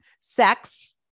sex